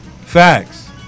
Facts